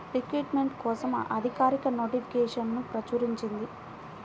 recruitment కోసం అధికారిక నోటిఫికేషన్ను ప్రచురించింది